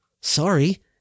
sorry